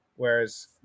Whereas